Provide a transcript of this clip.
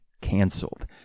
canceled